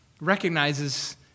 recognizes